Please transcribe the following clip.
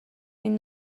این